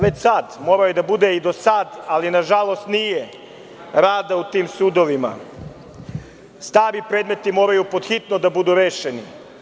Već sada, a i do sada je morao da bude, ali na žalost nije, rad u tim sudovima, stari predmeti moraju pod hitno da budu rešeni.